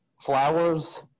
flowers